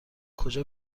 کجا